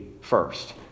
first